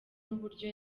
n’uburyo